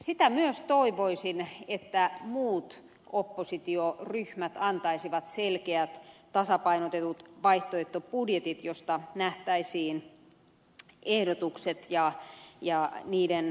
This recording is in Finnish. sitä myös toivoisin että muut oppositioryhmät antaisivat selkeät tasapainotetut vaihtoehtobudjetit joista nähtäisiin ehdotukset ja niiden aiheuttamat kustannukset